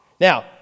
Now